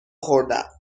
خوردهام